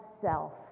self